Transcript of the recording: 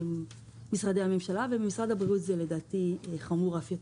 משרדי הממשלה ובמשרד הבריאות זה חמור אף יותר.